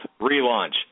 relaunch